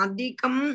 Adikam